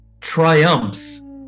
triumphs